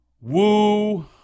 woo